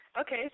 Okay